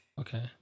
Okay